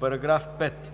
„§ 5.